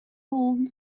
old